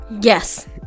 Yes